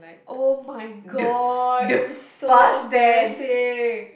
[oh]-my-god you're so embarrassing